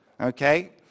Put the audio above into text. okay